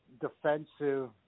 defensive